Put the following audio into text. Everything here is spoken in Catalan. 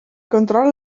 controla